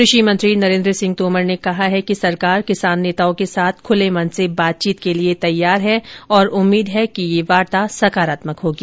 कृषि मंत्री नरेन्द्र सिंह तोमर ने कहा है कि सरकार किसान नेताओं के साथ खूले मन से बातचींत के लिए तैयार है और उम्मीद है कि यह वार्ता सकारात्मक होगी